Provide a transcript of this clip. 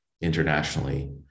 internationally